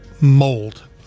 mold